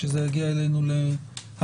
כשזה יגיע אלינו להארכה.